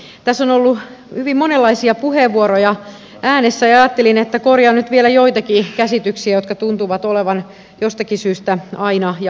tässä on ollut hyvin monenlaisia puheenvuoroja äänessä ja ajattelin että korjaan nyt vielä joitakin käsityksiä jotka tuntuvat olevan jostakin syystä aina vallalla